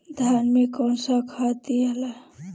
धान मे कौन सा खाद दियाला?